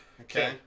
okay